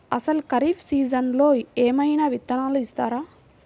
అసలు ఖరీఫ్ సీజన్లో ఏమయినా విత్తనాలు ఇస్తారా?